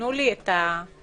תנו לי את הרציונל.